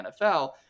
NFL